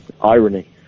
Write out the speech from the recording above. Irony